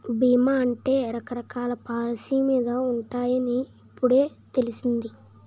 బీమా అంటే రకరకాల పాలసీ మీద ఉంటాయని ఇప్పుడే తెలిసింది